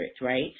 right